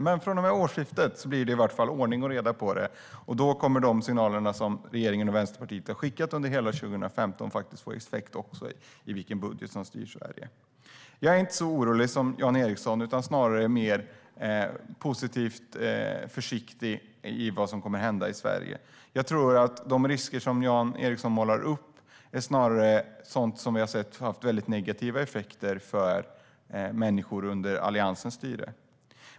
Men från årsskiftet blir det i vart fall ordning och reda, och då kommer de signaler som regeringen och Vänsterpartiet har skickat under hela 2015. Då får man se vilken budget som styr Sverige. Jag är inte så orolig som Jan Ericson, utan snarare är jag mer positivt försiktig om vad som kommer att hända i Sverige. De risker som Jan Ericson målar upp är snarare sådant som vi har sett har haft väldigt negativa effekter för människor under Alliansens styre.